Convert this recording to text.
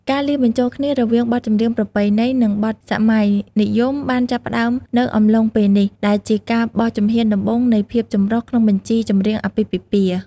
ការលាយបញ្ចូលគ្នារវាងបទចម្រៀងប្រពៃណី និងបទសម័យនិយមបានចាប់ផ្តើមនៅអំឡុងពេលនេះ ដែលជាការបោះជំហានដំបូងនៃភាពចម្រុះក្នុងបញ្ជីចម្រៀងអាពាហ៍ពិពាហ៍។